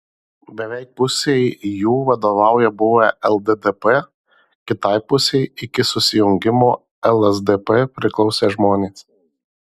beveik pusei jų vadovauja buvę lddp kitai pusei iki susijungimo lsdp priklausę žmonės